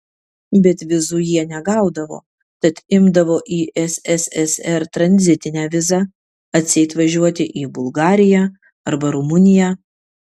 bet vizų jie negaudavo tad imdavo į sssr tranzitinę vizą atseit važiuoti į bulgariją arba rumuniją